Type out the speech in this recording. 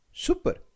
super